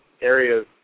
areas